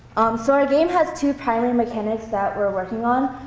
so our game has two primary mechanics that we're working on.